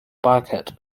bucket